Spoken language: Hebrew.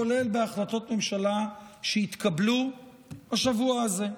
כולל בהחלטות ממשלה שהתקבלו השבוע הזה.